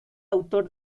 autor